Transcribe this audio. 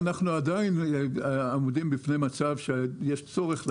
אנחנו עדיין עומדים בפני מצב שיש צורך ברכישת קרקעות.